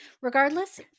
Regardless